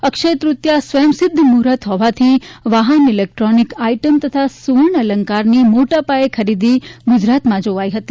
અક્ષયતૃતિયા સ્વંયસિદ્ધ મૂહર્ત હોવાથી વાહન ઇલેક્ટ્રોનિકસ આઇટમ તથા સુવર્ણઅલંકારની મોટાપાયે ખરીદી ગુજરાતમાં જોવાઇ હતી